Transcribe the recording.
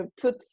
put